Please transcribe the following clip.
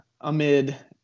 amid